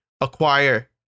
acquire